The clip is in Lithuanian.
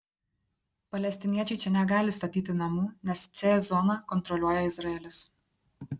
palestiniečiai čia negali statyti namų nes c zoną kontroliuoja izraelis